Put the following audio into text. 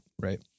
right